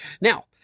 Now